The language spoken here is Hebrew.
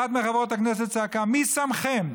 אחת מחברות הכנסת צעקה: מי שמכם?